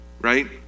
right